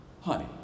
honey